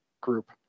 group